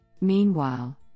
Meanwhile